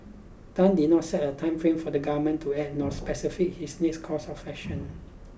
Tan did not set a time frame for the government to act nor specified his next course of action